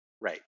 Right